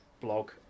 blog